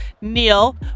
Neil